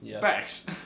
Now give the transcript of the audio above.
Facts